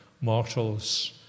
mortals